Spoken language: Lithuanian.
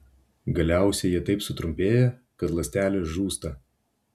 galiausiai jie taip sutrumpėja kad ląstelė žūsta